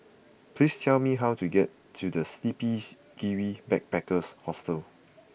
please tell me how to get to The Sleepy Kiwi Backpackers Hostel